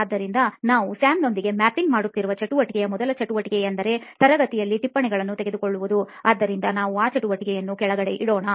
ಆದ್ದರಿಂದ ನಾವು ಸ್ಯಾಮ್ನೊಂದಿಗೆ ಮ್ಯಾಪಿಂಗ್ ಮಾಡುತ್ತಿರುವ ಚಟುವಟಿಕೆಯ ಮೊದಲ ಚಟುವಟಿಕೆ ಎಂದರೆ ತರಗತಿಯಲ್ಲಿ ಟಿಪ್ಪಣಿಗಳನ್ನು ತೆಗೆದುಕೊಳ್ಳುವುದುಆದ್ದರಿಂದ ನಾವು ಆ ಚಟುವಟಿಕೆಯನ್ನು ಕೆಳಗಡೆ ಇಡೋಣ